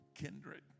kindred